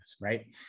right